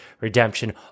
redemption